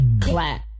Clap